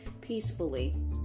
peacefully